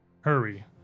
hurry